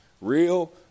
real